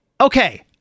okay